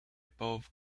both